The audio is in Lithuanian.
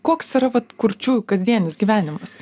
koks yra vat kurčiųjų kasdienis gyvenimas